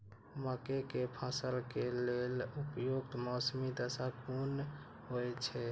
मके के फसल के लेल उपयुक्त मौसमी दशा कुन होए छै?